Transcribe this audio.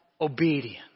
obedience